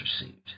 Received